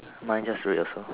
mine just red also